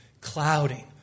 clouding